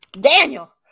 Daniel